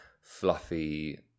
fluffy